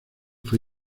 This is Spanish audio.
fue